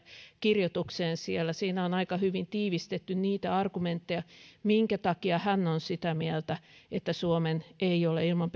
kirjoitukseen siellä siinä on aika hyvin tiivistetty niitä argumentteja minkä takia hän on sitä mieltä että suomessa ei ole ilman